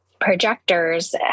projectors